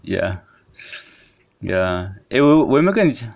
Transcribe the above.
ya ya eh 我我有没有跟你讲